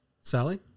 Sally